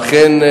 אכן,